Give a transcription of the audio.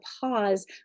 pause